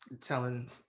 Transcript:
telling